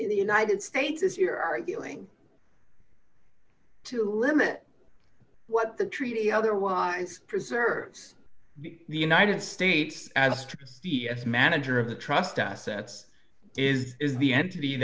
in the united states as you're arguing to limit what the treaty otherwise preserves the united states as strict as manager of the trust s s is is the entity